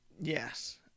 Yes